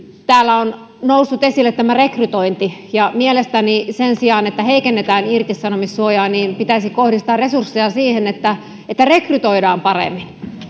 täällä on noussut esille rekrytointi ja mielestäni sen sijaan että heikennetään irtisanomissuojaa pitäisi kohdistaa resursseja siihen että että rekrytoidaan paremmin